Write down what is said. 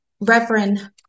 Reverend